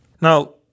Now